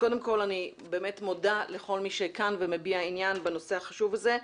קודם כל אני באמת מודה לכל מי שכאן ומביע עניין בנושא החשוב הזה.